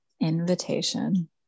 Invitation